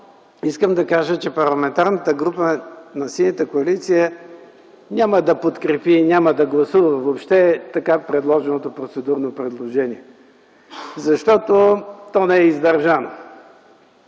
искам да кажа, че Парламентарната група на Синята коалиция няма да подкрепи и няма да гласува въобще така направеното процедурно предложение, защото то не е издържано.